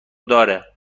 داره